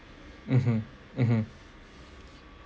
mmhmm mmhmm